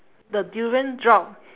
the durian drop